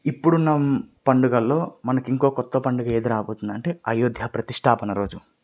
ఇప్పుడున్న పండుగల్లో మనకు ఇంకో కొత్త పండుగ ఏది రాబోతుంది అంటే అయోధ్యా ప్రతిష్టాపన రోజు